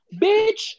bitch